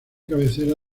cabecera